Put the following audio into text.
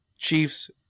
Chiefs